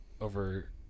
over